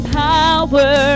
power